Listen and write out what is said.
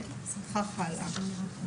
וכך הלאה.